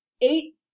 eight